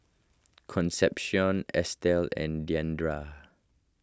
Concepcion Estell and Diandra